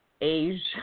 age